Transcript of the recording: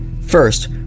First